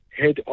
head